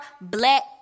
black